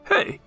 Hey